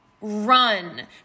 run